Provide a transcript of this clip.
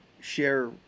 share